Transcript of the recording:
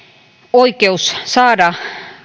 oikeus saada